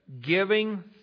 Giving